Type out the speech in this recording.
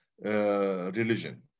religion